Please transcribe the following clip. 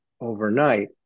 overnight